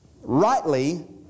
rightly